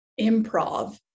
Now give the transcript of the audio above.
improv